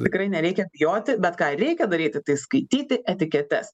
tikrai nereikia bijoti bet ką reikia daryti tai skaityti etiketes